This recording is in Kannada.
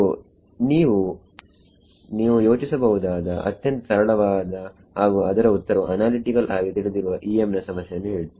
ಸೋನೀವು ಯೋಚಿಸಬಹುದಾದ ಅತ್ಯಂತ ಸರಳವಾದ ಹಾಗು ಅದರ ಉತ್ತರವು ಅನಾಲಿಟಿಕಲ್ ಆಗಿ ತಿಳಿದಿರುವ EM ನ ಸಮಸ್ಯೆಯನ್ನು ಹೇಳಿ